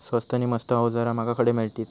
स्वस्त नी मस्त अवजारा माका खडे मिळतीत?